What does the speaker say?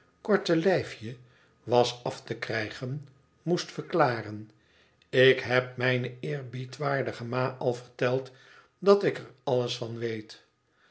korte lijfje was af te knjgen moest verklaren ik heb mijne eerbiedwaardige ma al verteld dat ik er alles van weet